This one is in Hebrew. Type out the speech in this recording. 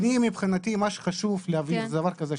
מבחינתי מה שחשוב להבין זה דבר כזה,